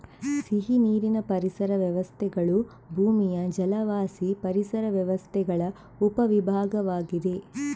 ಸಿಹಿನೀರಿನ ಪರಿಸರ ವ್ಯವಸ್ಥೆಗಳು ಭೂಮಿಯ ಜಲವಾಸಿ ಪರಿಸರ ವ್ಯವಸ್ಥೆಗಳ ಉಪ ವಿಭಾಗವಾಗಿದೆ